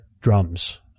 drums